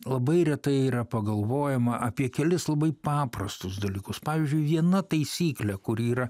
labai retai yra pagalvojama apie kelis labai paprastus dalykus pavyzdžiui viena taisyklė kuri yra